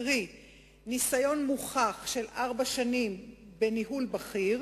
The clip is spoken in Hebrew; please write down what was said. קרי ניסיון מוכח של ארבע שנים בניהול בכיר,